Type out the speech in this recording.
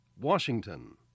Washington